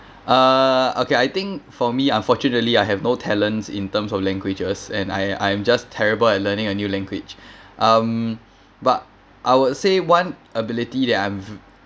uh okay I think for me unfortunately I have no talents in terms of languages and I I'm just terrible at learning a new language um but I would say one ability that I'm